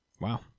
wow